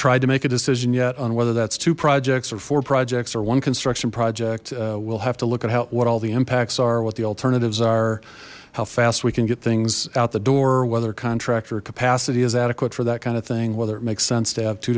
tried to make a decision yet on whether that's two projects or four projects or one construction project will have to look at how what all the impacts are what the alternatives are how fast we can get things out the door whether contractor capacity is adequate for that kind of thing whether it makes sense to have two